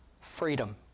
freedom